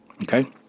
Okay